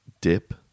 dip